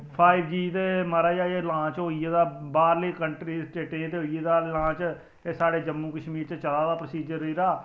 five G ते महाराज अजें लांच होई गेदा बाहरली कंट्री च स्टेटें च ते होई गेदा लांच ते साढ़े जम्मू कश्मीर च चला दा प्रोसिजर एहदा